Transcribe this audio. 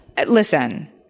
Listen